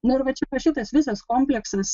nu ir va čia šitas visas kompleksas